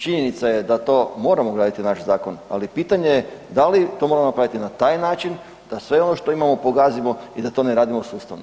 Činjenica je da to moramo ugraditi u naš zakon, ali pitanje je da li moramo to napraviti na taj način da sve ono što imamo pogazimo i da to ne radimo sustavno.